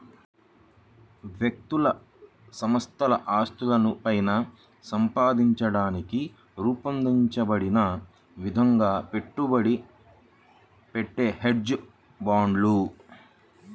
వ్యక్తులు సంస్థల ఆస్తులను పైన సంపాదించడానికి రూపొందించబడిన విధంగా పెట్టుబడి పెట్టే హెడ్జ్ ఫండ్లు